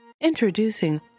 Introducing